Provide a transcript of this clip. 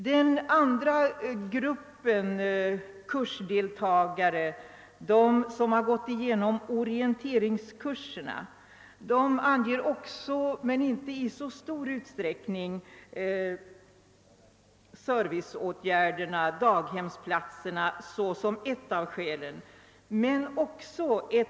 Den andra gruppen kursdeltagare — de som gått igenom orienteringskurserna — anger också men inte i så stor utsträckning serviceåtgärderna som ett av skälen till att de inte kunnat gå ut på arbetsmarknaden. Det gäller bl.a. daghemsplatserna.